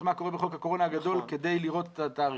מה קורה בחוק הקורונה הגדול כדי לראות את התאריכים.